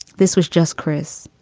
this was just chris,